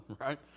right